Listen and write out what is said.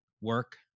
work